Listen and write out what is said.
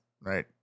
right